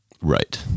Right